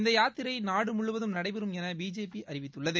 இந்த யாத்திரை நாடு முழுவதும் நடைபெறும் என பிஜேபி அறிவித்துள்ளது